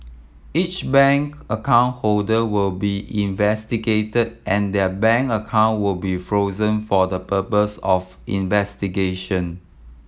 each bank account holder will be investigated and their bank account will be frozen for the purpose of investigation